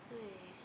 I